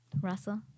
Russell